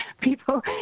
people